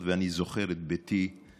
אני זוכר את ביתי במוגדור.